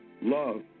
love